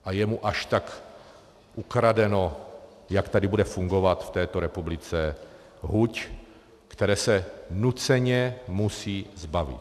A je mu až tak ukradeno, jak tady bude fungovat v této republice huť, které se nuceně musí zbavit.